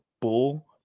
bull